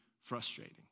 frustrating